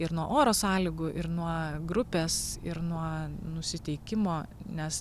ir nuo oro sąlygų ir nuo grupės ir nuo nusiteikimo nes